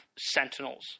sentinels